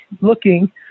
looking